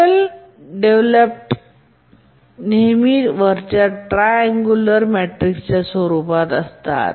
tables developed नेहमी वरच्या triangular मॅट्रिक्सच्या स्वरूपात असतात